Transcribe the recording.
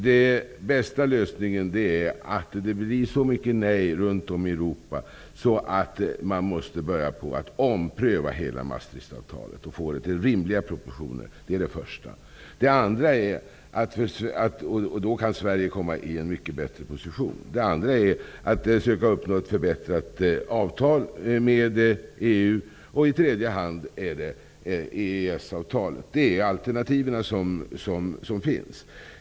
Den bästa lösningen är att det uttalas så många nej runt om i Europa att man måste ompröva hela Maastrichtavtalet och ge det rimliga proportioner. Det är det som bör ske i första hand. Då kan Sverige komma i en mycket bättre position. I andra hand bör vi söka uppnå ett förbättrat avtal med EU. I tredje hand bör enbart EES-avtalet gälla. Det är de alternativ som finns.